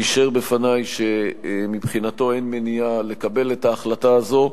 אישר בפני שמבחינתו אין מניעה לקבל את ההחלטה הזאת.